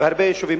בהרבה יישובים,